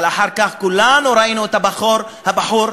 אבל אחר כך כולנו ראינו את הבחור נסוג,